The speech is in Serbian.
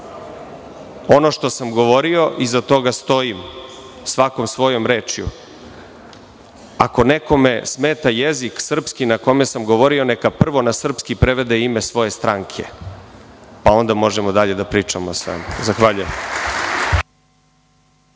što sam govorio iza toga stojim svakom svojom rečju. Ako nekome smeta srpski jezik na kome sam govorio, neka prvo na srpski prevede ime svoje stranke, pa onda možemo dalje da pričamo o svemu. Zahvaljujem.